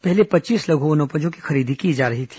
पहले पच्चीस लघु वनोपजों की खरीदी की जा रही है